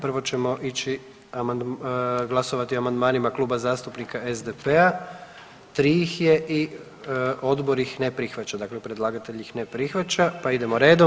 Prvo ćemo ići glasovati o amandmanima Kluba zastupnika SDP-a, tri ih je i odbor ih ne prihvaća, dakle predlagatelj ih ne prihvaća, pa idemo redom.